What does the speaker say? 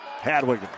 Hadwiger